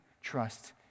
trust